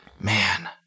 man